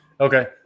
Okay